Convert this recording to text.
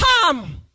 come